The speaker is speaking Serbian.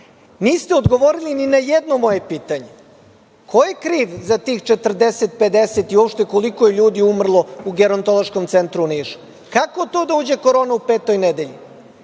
odgovorili ni na jedno moje pitanje. Ko je kriv za tih 40, 50 i uopšte koliko je ljudi umrlo u gerontološkom centru u Nišu? Kako to da uđe Korona u petoj nedelji?